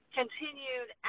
continued